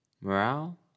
Morale